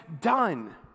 done